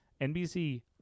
NBC